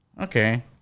okay